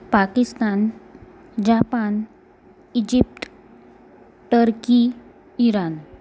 Pakistan Japan Egypt Turkey Iran